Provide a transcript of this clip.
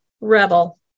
Rebel